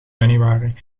januari